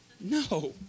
No